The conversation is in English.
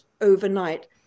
overnight